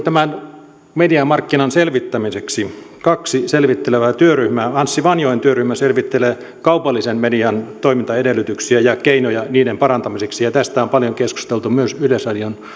tämän mediamarkkinan selvittämiseksi kaksi selvittelevää työryhmää anssi vanjoen työryhmä selvittelee kaupallisen median toimintaedellytyksiä ja keinoja niiden parantamiseksi ja tästä on paljon keskusteltu myös yleisradion